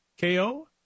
KO